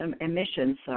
emissions